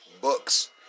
books